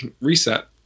reset